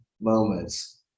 moments